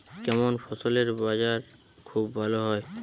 কেমন ফসলের বাজার খুব ভালো হয়?